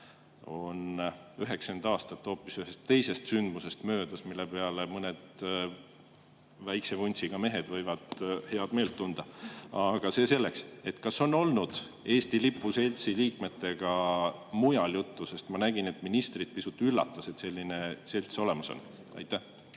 on 90 aastat möödas hoopis ühest teisest sündmusest, mille peale mõned väikese vuntsiga mehed võivad heameelt tunda. Aga see selleks. Kas on olnud Eesti Lipu Seltsi liikmetega mujal juttu? Ma nägin, et ministrit pisut üllatas, et selline selts olemas on. Tänan,